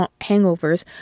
hangovers